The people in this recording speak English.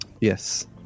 Yes